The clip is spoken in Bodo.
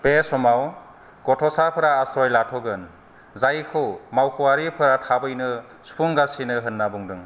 बे समाव गथ'साफोरा आश्रय लाथ'गोन जायखौ मावख'आरिफोरा थाबैनो सुफुंगासिनो होनना बुंदों